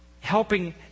helping